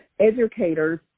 educators